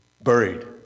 Buried